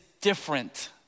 different